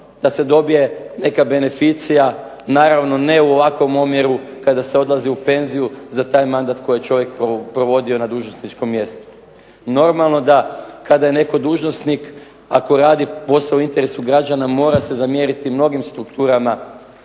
da se dobije neka beneficija naravno ne u ovakvom omjeru kada se odlazi u penziju za taj mandat koji je čovjek provodio na dužnosničkom mjestu. Normalno da kada je netko dužnosnik, ako radi posao u interesu građana mora se zamjeriti mnogim strukturama